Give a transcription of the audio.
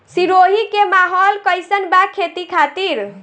सिरोही के माहौल कईसन बा खेती खातिर?